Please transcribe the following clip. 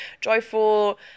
joyful